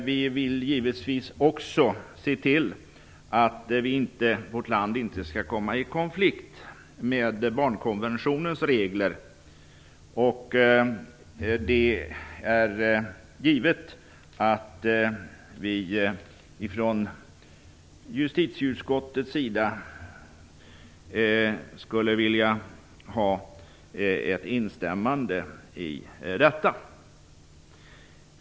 Vi vill givetvis också se till att vårt land inte kommer i konflikt med barnkonventionens regler. Det är givet att vi från justitieutskottets sida skulle vilja ha ett instämmande i detta.